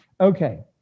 Okay